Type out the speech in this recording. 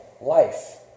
life